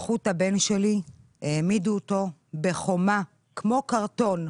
לקחו את הבן שלי, העמידו אותו בחומה כמו קרטון,